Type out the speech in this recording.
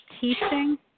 teaching